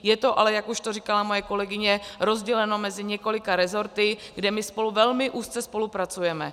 Je to ale, jak už to říkala moje kolegyně, rozděleno mezi několika rezorty, kde spolu velmi úzce spolupracujeme.